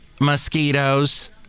mosquitoes